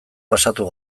pasatu